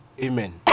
Amen